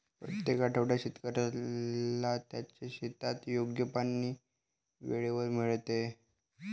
प्रत्येक आठवड्यात शेतकऱ्याला त्याच्या शेतात योग्य पाणी वेळेवर मिळते